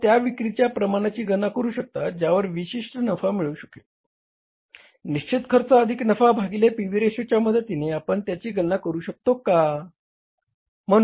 आपण त्या विक्रीच्या प्रमाणाची गणना करू शकता ज्यावर विशिष्ट नफा मिळू शकेल निश्चित खर्च अधिक नफा भागिले पी व्ही रेशोच्या मदतीने आपण त्याची गणना करू शकतो का